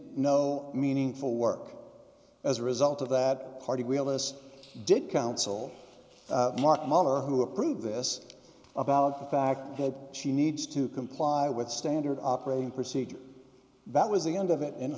no meaningful work as a result of that party we have us did counsel mark o'mara who approved this about the fact that she needs to comply with standard operating procedure that was the end of it and